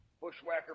Bushwhacker